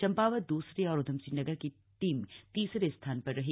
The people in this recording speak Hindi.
चंपावत द्रसरे और उधमसिंह नगर की टीम तीसरे स्थान पर रही